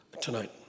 tonight